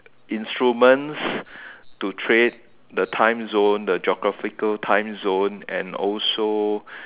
instruments to trade the time zone the geographical timezone and also